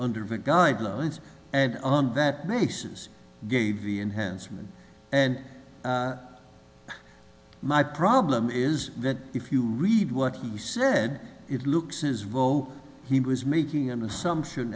under the guidelines and on that basis gave the enhancement and my problem is that if you read what you said it looks is well he was making an assumption